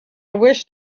wished